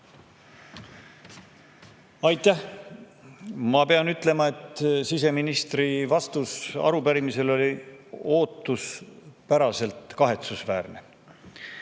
Aitäh! Ma pean ütlema, et siseministri vastus arupärimisele oli ootuspäraselt kahetsusväärne